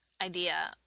idea